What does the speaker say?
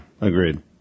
agreed